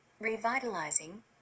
revitalizing